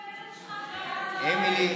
אמילי,